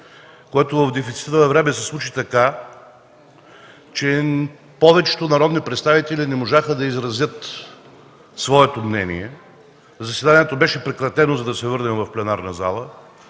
В дефицита на време се случи така, че повечето народни представители не можаха да изразят своето мнение. Заседанието беше прекратено, за да се върнем в пленарната зала.